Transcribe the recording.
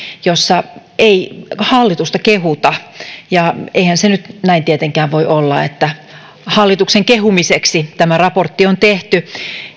jossa ei hallitusta kehuta ja eihän se nyt näin tietenkään voi olla että hallituksen kehumiseksi tämä raportti on tehty